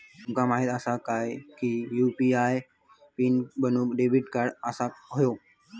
तुमका माहित असा काय की यू.पी.आय पीन बनवूक डेबिट कार्ड असाक व्हयो